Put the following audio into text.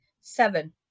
seven